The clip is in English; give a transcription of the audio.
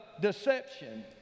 deception